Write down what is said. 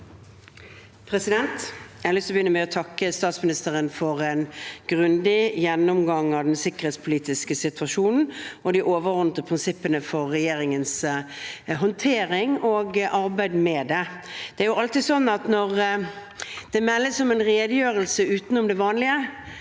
lyst til å begyn- ne med å takke statsministeren for en grundig gjennomgang av den sikkerhetspolitiske situasjonen og de overordnede prinsippene for regjeringens håndtering og arbeid med det. Det er alltid slik at når det meldes om en redegjørelse utenom det vanlige,